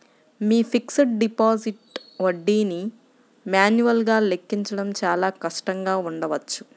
మీ fixed deposit వడ్డీని మాన్యువల్గా లెక్కించడం చాలా కష్టంగా ఉండవచ్చు